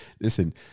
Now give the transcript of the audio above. listen